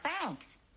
thanks